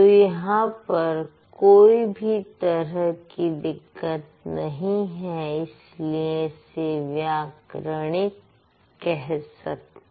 तो यहां पर कोई भी तरह की दिक्कत नहीं है इसलिए इसे व्याकरणिक कह सकते हैं